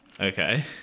okay